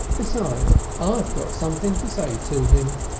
besides, i've got something to say to him.